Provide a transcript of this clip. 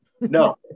No